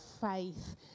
faith